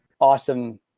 awesome